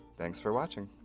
thanks for watching!